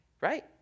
right